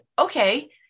Okay